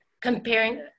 comparing